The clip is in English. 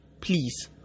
please